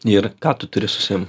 ir ką tu turi su savim